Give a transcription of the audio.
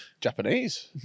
Japanese